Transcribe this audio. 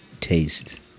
taste